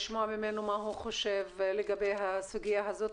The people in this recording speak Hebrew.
לשמוע ממנו מה הוא חושב לגבי הסוגיה הזאת,